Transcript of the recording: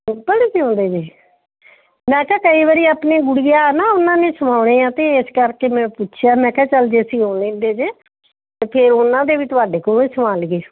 simple ਸੀਊਂਦੇ ਜੀ ਮੈਂ ਕਿਹਾ ਕਈ ਵਾਰੀ ਆਪਣੇ ਗੁੜੀਆ ਨਾ ਉਹਨਾਂ ਨੇ ਸਿਲਾਉਣੇ ਆ ਅਤੇ ਇਸ ਕਰਕੇ ਮੈਂ ਪੁੱਛਿਆ ਮੈਂ ਕਿਹਾ ਚੱਲ ਜੇ ਅਸੀਂ ਸੀਊਂਦੇ ਜੇ ਫਿਰ ਉਹਨਾਂ ਦੇ ਵੀ ਤੁਹਾਡੇ ਕੋਲ ਸਿਲਾ ਲਈਏ